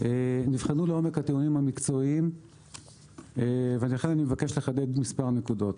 נכללו לעומק ה --- המקצועיים ולכן אני אבקש לחדד במספר נקודות: